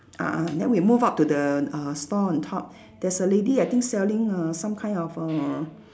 ah ah then we move up to the uh store on top there's a lady I think selling err some kind of err